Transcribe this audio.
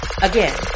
Again